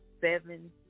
seven